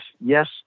Yes